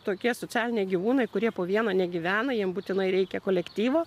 tokie socialiniai gyvūnai kurie po vieną negyvena jiems būtinai reikia kolektyvo